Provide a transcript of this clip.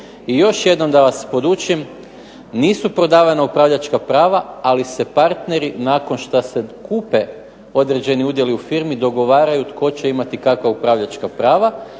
I još jednom da vas podučim, nisu prodavana upravljačka prava, ali se partneri nakon šta se kupe određeni udjeli u firmi dogovaraju tko će imati kakva upravljačka prava,